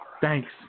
Thanks